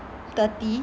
thirty